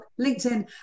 LinkedIn